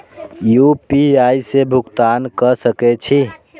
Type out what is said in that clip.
UPI से भुगतान क सके छी?